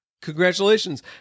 Congratulations